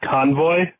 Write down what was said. Convoy